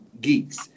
geeks